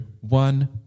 one